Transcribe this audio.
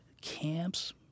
camps